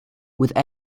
with